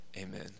Amen